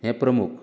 हे प्रमुख